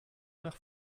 nach